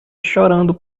chorando